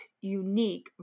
unique